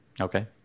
Okay